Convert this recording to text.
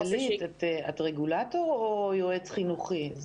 גלית, תגידי, את רגולטור או יועצת חינוכית?